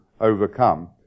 overcome